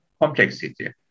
complexity